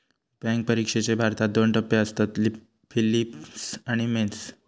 bank परिक्षेचे भारतात दोन टप्पे असतत, पिलिम्स आणि मेंस